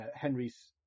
Henry's